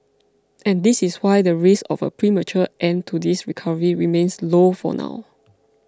and this is why the risk of a premature end to this recovery remains low for now